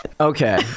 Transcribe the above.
Okay